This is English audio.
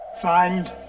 Find